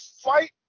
fight